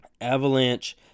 Avalanche